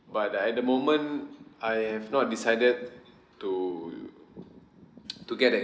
but uh at the moment I have not decided to to get the